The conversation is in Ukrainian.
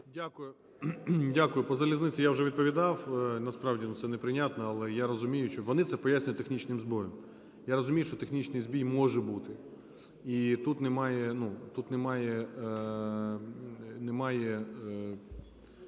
Дякую. По залізниці я вже відповідав. Насправді це неприйнятно. Але я розумію, що… Вони це пояснюють технічним збоєм. Я розумію, що технічний збій може бути і тут немає